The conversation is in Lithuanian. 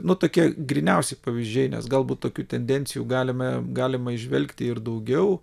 nu tokie gryniausi pavyzdžiai nes galbūt tokių tendencijų galime galima įžvelgti ir daugiau